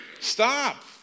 stop